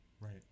Right